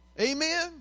amen